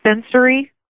sensory